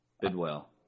Bidwell